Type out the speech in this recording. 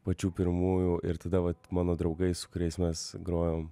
pačių pirmųjų ir tada vat mano draugais su kuriais mes grojom